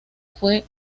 fue